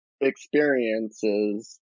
experiences